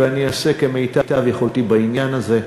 ואני אעשה כמיטב יכולתי בעניין הזה,